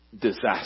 disaster